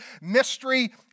Mystery